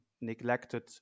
neglected